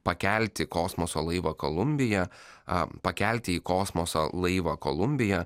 pakelti kosmoso laivą kolumbija pakelti į kosmosą laivą kolumbija